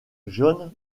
john